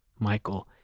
michael.